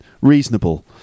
reasonable